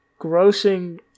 grossing